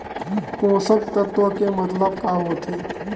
पोषक तत्व के मतलब का होथे?